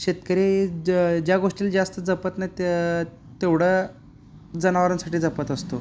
शेतकरी ज ज्या गोष्टीला जास्त जपत नाहीत तेवढं जनावरांसाठी जपत असतो